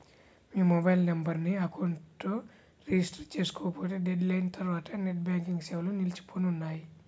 మీ mobile నెంబర్ను account తో register చేసుకోకపోతే డెడ్ లైన్ తర్వాత నెట్ బ్యాంకింగ్ సేవలు నిలిచిపోనున్నాయి